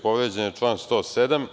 Povređen je član 107.